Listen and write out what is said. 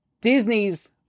Disney's